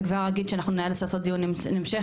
וכבר אגיד שנאלץ לעשות דיון המשך,